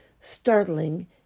startling